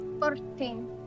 Fourteen